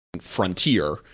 frontier –